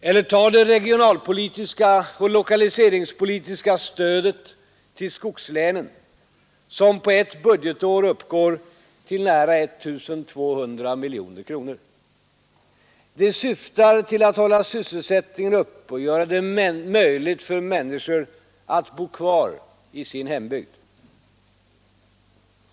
Eller ta det regionalpolitiska och lokaliseringspolitiska stödet till skogslänen som på ett budgetår uppgår till nära 1 200 miljoner kronor. Det syftar till att hålla sysselsättningen uppe och göra det möjligt för människor att bo kvar i sin hembygd.